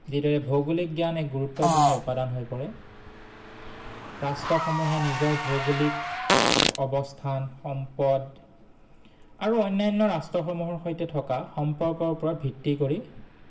যিদৰে ভৌগোলিক জ্ঞান এক গুৰুত্বপূৰ্ণ উপাদান হৈ পৰে ৰাষ্ট্ৰসমূহে নিজৰ ভৌগোলিক অৱস্থান সম্পদ আৰু অন্যান্য ৰাষ্ট্ৰসমূহৰ সৈতে থকা সম্পৰ্কৰ ওপৰত ভিত্তি কৰি